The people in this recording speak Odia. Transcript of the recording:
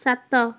ସାତ